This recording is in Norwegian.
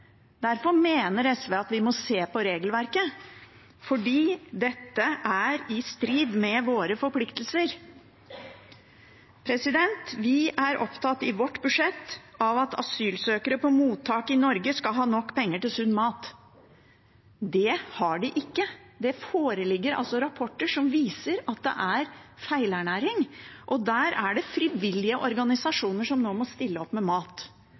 Derfor mener SV at vi må se på regelverket, for dette er i strid med våre forpliktelser. Vi er i vårt budsjett opptatt av at asylsøkere på mottak i Norge skal ha nok penger til sunn mat. Det har de ikke. Det foreligger rapporter som viser at det er feilernæring. Der er det nå frivillige organisasjoner som må stille opp med mat.